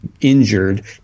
injured